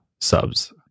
subs